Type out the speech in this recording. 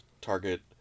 Target